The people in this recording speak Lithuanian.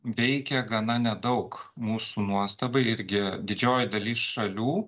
veikia gana nedaug mūsų nuostabai irgi didžiojoj daly šalių